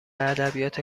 ادبیات